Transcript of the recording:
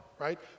right